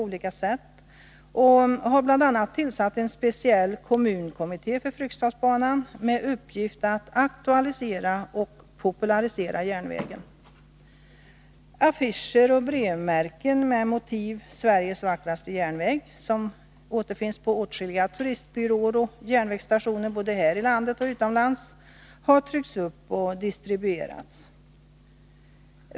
Bl.a. har det tillsatts en speciell kommunkommitté för Fryksdalsbanan med uppgift att aktualisera och popularisera järnvägen. Affischer och brevmärken, med motivet Sveriges vackraste järnväg, har tryckts och distribuerats och finns på åtskilliga turistbyråer och järnvägsstationer både här i landet och utomlands.